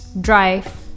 drive